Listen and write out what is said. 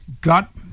got